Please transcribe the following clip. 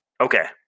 okay